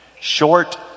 Short